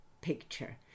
picture